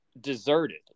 deserted